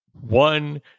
one